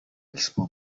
expo